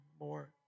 more